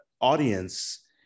audience